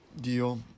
deal